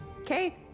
Okay